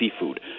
seafood